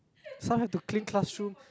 some have to clean classroom